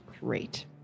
great